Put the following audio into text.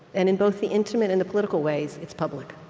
and in both the intimate and the political ways, it's public